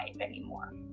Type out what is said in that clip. anymore